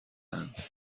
اند